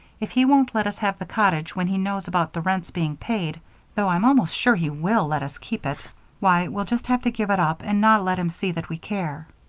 if he won't let us have the cottage when he knows about the rent's being paid though i'm almost sure he will let us keep it why, we'll just have to give it up and not let him see that we care.